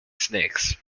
snakes